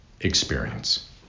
experience